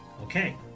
okay